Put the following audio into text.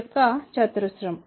యొక్క చతురస్రం